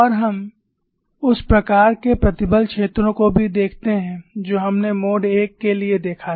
और हम उस प्रकार के प्रतिबल क्षेत्रों को भी देखते हैं जो हमने मोड I के लिए देखा था